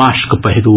mask पहिरू